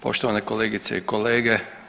Poštovane kolegice i kolege.